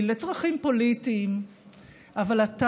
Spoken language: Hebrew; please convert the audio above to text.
לא מזמן,